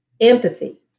empathy